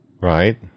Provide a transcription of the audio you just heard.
Right